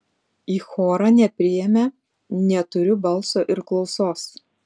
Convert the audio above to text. į chorą nepriėmė neturiu balso ir klausos